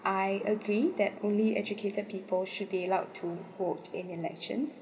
I agree that only educated people should be allowed to vote in elections